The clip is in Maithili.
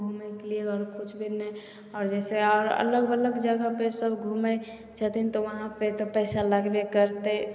घूमयके लिए आओर सोचबे मे और जयसे और अल्लग बल्लग जग्घ पे सब घूमय छथिन तऽ वहाँ पे तऽ पैसा लगबे करतय